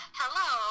hello